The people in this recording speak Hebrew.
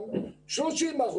גם 30%,